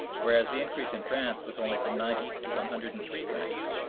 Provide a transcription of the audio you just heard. whereas the increase in france was only from ninety to one hundred and three francs.